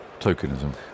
Tokenism